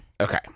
Okay